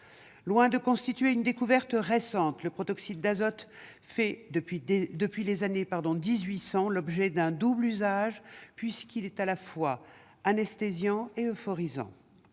Loin de constituer une découverte récente, le protoxyde d'azote fait depuis les années 1800 l'objet d'un double usage, puisqu'il est à la fois anesthésiant et euphorisant.